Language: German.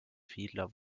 fiedler